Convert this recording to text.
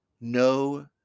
no